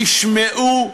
תשמעו.